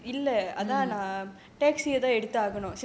உங்களுக்கு:ungalakku